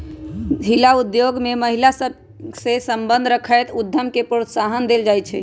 हिला उद्योग में महिला सभ सए संबंध रखैत उद्यम के प्रोत्साहन देल जाइ छइ